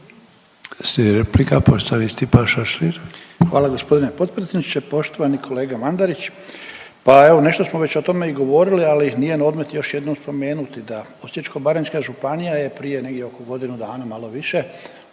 Hvala gospodine potpredsjedniče. Poštovani kolega Mandarić, pa evo nešto smo već o tome i govorili ali nije na odmet još jednom spomenuti da Osječko-baranjska županija je prije negdje oko godinu dana malo više